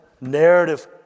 narrative